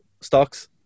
stocks